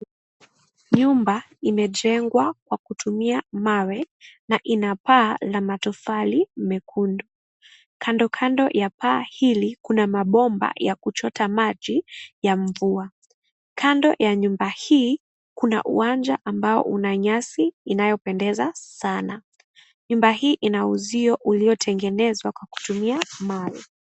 Nyumba imejengwa kwa kutumia mawe na ina paa la matofali mekundu. Kandokando ya paa hili kuna mabomba ya kuchota maji ya mvua. Kando ya nyumba hii kuna uwanja ambao una nyasi unaopendeza sana. Nyumba hii ina uzio uliotengenezwa kwa kutumia mawe.